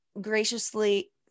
graciously